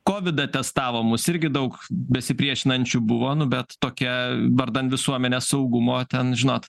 kovidą testavo mus irgi daug besipriešinančių buvo nu bet tokia vardan visuomenės saugumo ten žinot